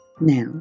Now